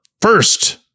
first